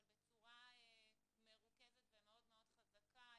אבל בצורה מרוכזת ומאוד מאוד חזקה.